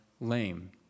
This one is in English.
lame